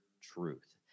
truth